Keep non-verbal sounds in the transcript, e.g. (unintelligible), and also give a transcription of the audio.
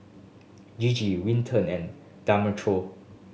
Gigi Winton and (unintelligible)